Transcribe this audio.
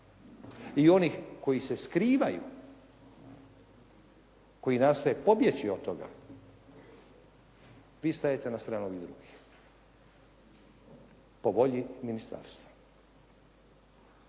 i onih koji se skrivaju, koji nastoje pobjeći od toga, vi stajete na stranu ovih drugih, po volji ministarstva.